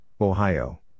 Ohio